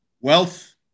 wealth